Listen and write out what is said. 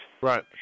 Right